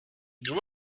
grew